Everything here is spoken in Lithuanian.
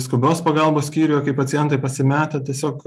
skubios pagalbos skyriuje kai pacientai pasimetę tiesiog